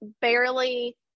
barely